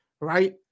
right